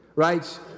Right